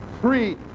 three